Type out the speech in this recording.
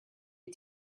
you